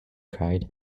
cried